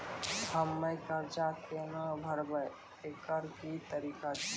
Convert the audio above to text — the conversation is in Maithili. हम्मय कर्जा केना भरबै, एकरऽ की तरीका छै?